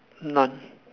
none